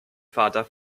vater